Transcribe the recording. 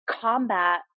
combat